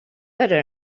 better